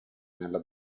nella